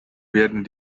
werden